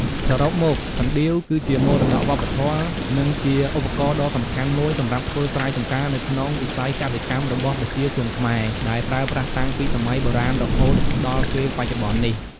សរុបមក កណ្ដៀវ គឺជាមរតកវប្បធម៌ និងជាឧបករណ៍ដ៏សំខាន់មួយសម្រាប់ធ្វើស្រែចំការនៅក្នុងវិស័យកសិកម្មរបស់ប្រជាជនខ្មែរ ដែលប្រើប្រាស់តាំងពីសម័យបុរាណរហូតដល់ពេលបច្ចុប្បន្ននេះ។